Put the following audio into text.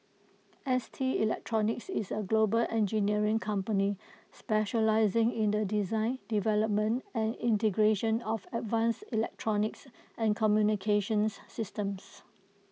S T electronics is A global engineering company specialising in the design development and integration of advanced electronics and communications systems